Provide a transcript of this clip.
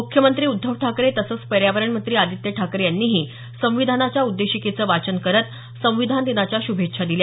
मुख्यमंत्री उद्धव ठाकरे तसंच पर्यावरण मंत्री आदित्य ठाकरे यांनीही संविधानाच्या उद्देशिकेचं वाचन करत संविधान दिनाच्या श्भेच्छा दिल्या